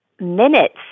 minutes